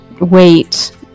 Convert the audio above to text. wait